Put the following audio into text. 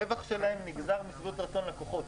הרווח שלהם נגזר משביעות רצון לקוחות.